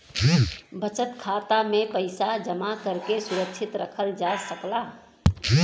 बचत खाता में पइसा जमा करके सुरक्षित रखल जा सकला